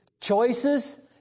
choices